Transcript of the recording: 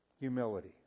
Humility